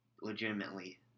legitimately